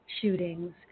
shootings